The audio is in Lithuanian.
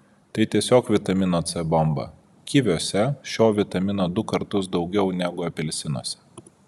tai tiesiog vitamino c bomba kiviuose šio vitamino du kartus daugiau negu apelsinuose